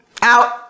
Out